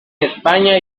españa